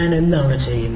ഞാൻ എന്താണ് ചെയ്യുന്നത്